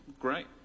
great